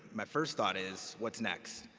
my first thought is, what's next?